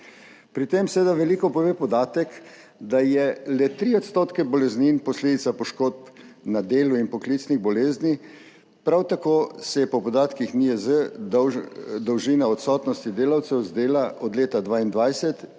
Pri tem seveda veliko pove podatek, da je le tri odstotke boleznin posledica poškodb na delu in poklicnih bolezni. Prav tako se je po podatkih NIJZ dolžina odsotnosti delavcev zdela od leta 2022,